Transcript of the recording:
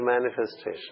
manifestation